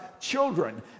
children